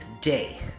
day